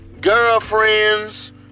girlfriends